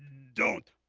don't,